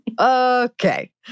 okay